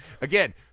again